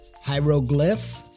hieroglyph